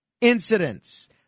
incidents